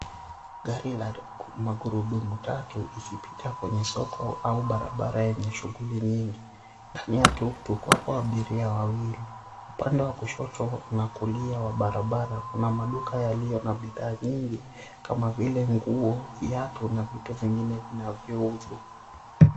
Gari ina magurudumu tatu ikipita kwenye soko au barabara yenye shughuli nyingi. Ndani ya tuktuk wapo abiria wawili. Upande wa kushoto na kulia wa barabara kuna maduka yaliyo na bidhaa nyingi kama vile nguo, viatu na vitu vyingine vinavyouzwa.